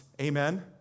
Amen